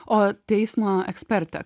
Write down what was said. o teismo ekspertė